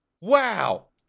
Wow